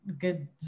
good